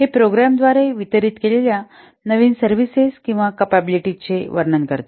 हे प्रोग्राम द्वारे वितरीत केलेल्या नवीन सर्विसेस किंवा कपॅबिलिटीज चे वर्णन करते